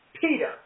Peter